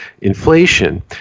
inflation